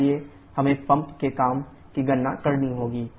इसलिए हमें पंप के काम की गणना करनी होगी